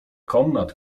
komnat